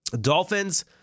Dolphins